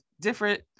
Different